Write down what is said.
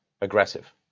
aggressive